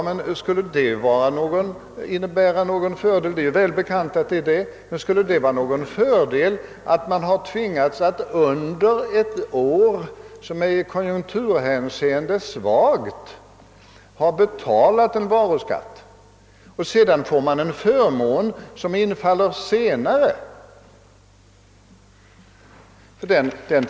Men skulle det innebära någon fördel att någon under ett i konjunkturhänseende svagt år tvingas betala varuskatt och att staten ger en förmån vid en senare tid punkt?